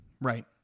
Right